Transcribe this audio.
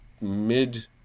mid